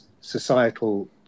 societal